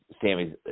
Sammy's